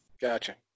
Gotcha